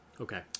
Okay